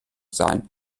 sein